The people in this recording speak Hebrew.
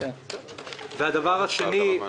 והדבר השני,